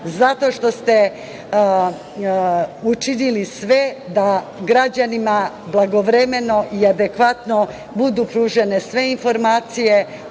zato što ste učinili sve da građanima blagovremeno i adekvatno budu pružene sve informacije,